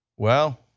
well,